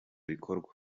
bikorwa